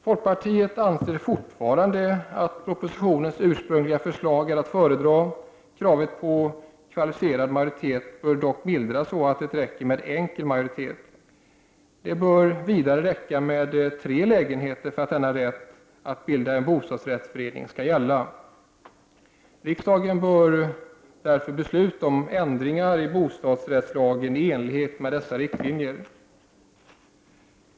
Folkpartiet anser fortfarande att propositionens ursprungliga förslag är att föredra. Kravet på kvalificerad majoritet bör dock mildras så att det räcker med enkel majoritet. Det bör vidare räcka med tre lägenheter för att denna | rätt att bilda en bostadsrättsförening skall gälla. Riksdagen bör besluta om | ändringar i bostadsrättslagen i enlighet med dessa riktlinjer.